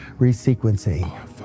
resequencing